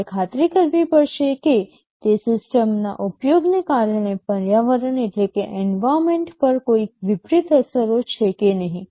તમારે ખાતરી કરવી પડશે કે તે સિસ્ટમના ઉપયોગને કારણે પર્યાવરણ પર કોઈ વિપરીત અસરો છે કે નહીં